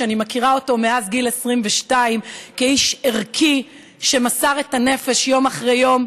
אני מכירה אותו מאז גיל 22 כאיש ערכי שמסר את הנפש יום אחרי יום,